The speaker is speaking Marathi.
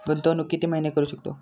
गुंतवणूक किती महिने करू शकतव?